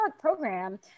program